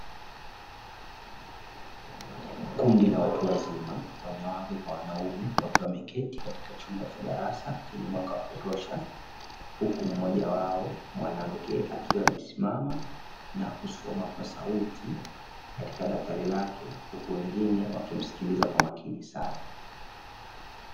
Kundi la watu wazima wanawake kwa wanaume, wameketi katika chumba cha darasa chenye mwanga wa kutosha. Huku mmoja wao mwanamke akiwa amesimama na kusoma kwa sauti katika daftari lake, huku wengine wakimsikiliza kwa makini sana.